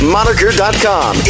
Moniker.com